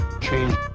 change